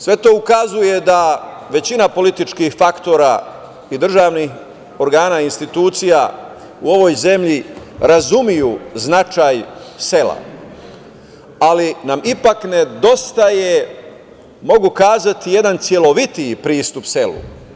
Sve to ukazuje da većina političkih faktora i državnih organa institucija u ovoj zemlji razumeju značaj sela, ali nam ipak nedostaje, mogu kazati, jedan celovitiji pristup selu.